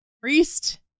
Priest